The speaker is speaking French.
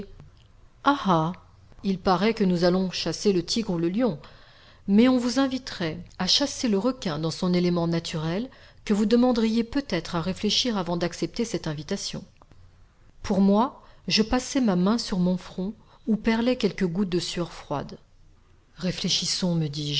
il paraît que nous allons chasser le tigre ou le lion mais on vous inviterait à chasser le requin dans son élément naturel que vous demanderiez peut-être à réfléchir avant d'accepter cette invitation pour moi je passai ma main sur mon front où perlaient quelques gouttes de sueur froide réfléchissons me